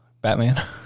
Batman